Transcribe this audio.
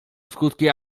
skutki